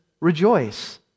rejoice